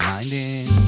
Minding